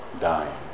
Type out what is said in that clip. dying